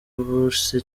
bourse